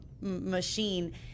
machine